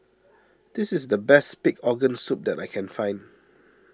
this is the best Pig Organ Soup that I can find